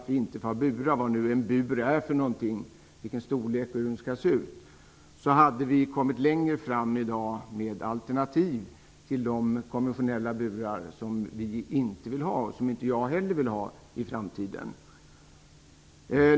Om vi hade släppt den svårtolkade förordningen tror jag att vi i dag hade kommit längre med alternativ till de konventionella burar som vi inte vill ha i framtiden. Jag vill inte heller ha sådana burar.